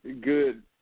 good